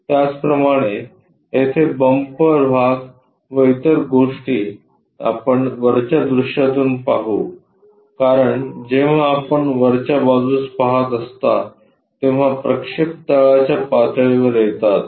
त्याचप्रमाणे येथे बंपर भाग व इतर गोष्टी आपण वरच्या दृश्यातून पाहू कारण जेव्हा आपण वरच्या बाजूस पहात असता तेव्हा प्रक्षेप तळाच्या पातळीवर येतात